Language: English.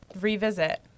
revisit